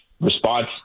response